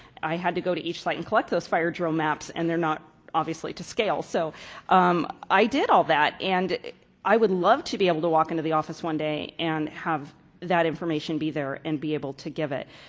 i had to go to each site and collect fire drill maps and they're not obviously to scale. so i did all that and i would love to be able to walk into the office one day and have that information be there and be able to give it.